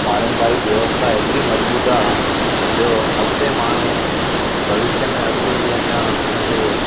पारंपारिक व्यवस्था हेतिरी मज़बूत आहे जो अॻिते माण्हू भविष्य में अॻिते जे अञा हुनखे